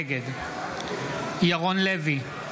נגד ירון לוי,